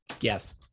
Yes